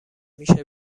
میشه